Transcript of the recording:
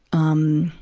um,